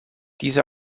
diese